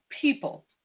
people